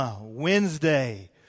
Wednesday